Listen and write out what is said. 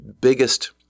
biggest